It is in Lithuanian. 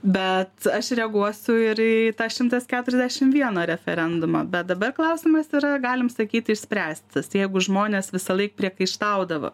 bet aš reaguosiu ir į tą šimtas keturiasdešim vieno referendumą bet dabar klausimas yra galim sakyti išspręstas jeigu žmonės visąlaik priekaištaudavo